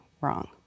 wrong